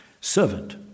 Servant